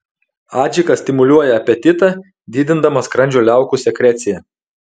adžika stimuliuoja apetitą didindama skrandžio liaukų sekreciją